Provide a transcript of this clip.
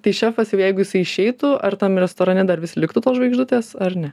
tai šefas jau jeigu jisai išeitų ar tam restorane dar vis liktų tos žvaigždutės ar ne